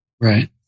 Right